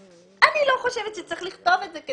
אני לא חושבת שצריך לכתוב את זה.